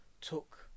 took